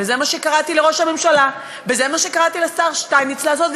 וזה מה שקראתי לראש הממשלה וזה מה שקראתי לשר שטייניץ לעשות,